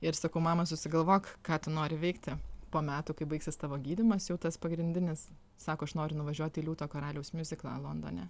ir sakau mama susigalvok ką tu nori veikti po metų kai baigsis tavo gydymas jau tas pagrindinis sako aš noriu nuvažiuoti į liūto karaliaus miuziklą londone